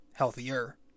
healthier